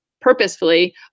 purposefully